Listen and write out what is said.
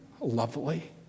lovely